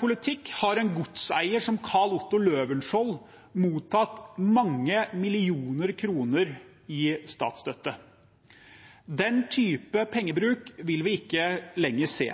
politikk har en godseier som Carl Otto Løvenskiold mottatt mange millioner kroner i statsstøtte. Den type pengebruk vil vi ikke lenger se,